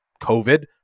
COVID